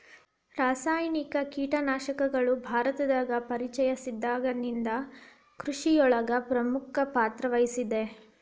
ರಾಸಾಯನಿಕ ಕೇಟನಾಶಕಗಳು ಭಾರತದಾಗ ಪರಿಚಯಸಿದಾಗನಿಂದ್ ಕೃಷಿಯೊಳಗ್ ಪ್ರಮುಖ ಪಾತ್ರವಹಿಸಿದೆ